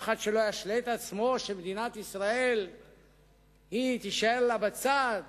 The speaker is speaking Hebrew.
שאף אחד לא ישלה את עצמו שמדינת ישראל תישאר לה בצד